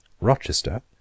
Rochester